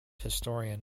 historian